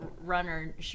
runner